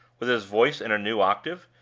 with his voice in a new octave,